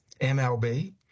MLB